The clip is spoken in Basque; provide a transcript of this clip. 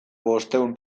bostehun